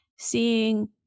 seeing